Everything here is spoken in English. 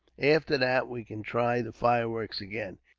after that, we can try the fireworks again.